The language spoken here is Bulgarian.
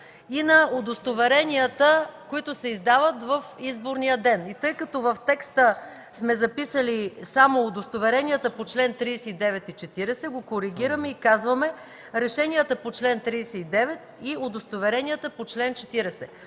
и на удостоверенията, които се издават в изборния ден. Тъй като в текста сме записали само „удостоверенията по чл. 39 и 40”, го коригираме и казваме „решенията по чл. 39 и удостоверенията по чл. 40”.